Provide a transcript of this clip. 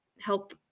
help